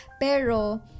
pero